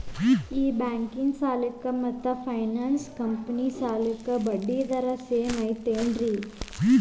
ಈ ಬ್ಯಾಂಕಿನ ಸಾಲಕ್ಕ ಮತ್ತ ಫೈನಾನ್ಸ್ ಕಂಪನಿ ಸಾಲಕ್ಕ ಬಡ್ಡಿ ದರ ಸೇಮ್ ಐತೇನ್ರೇ?